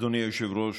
אדוני היושב-ראש.